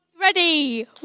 Ready